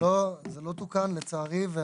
זה לא תוקן, לצערי.